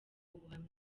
ubuhamya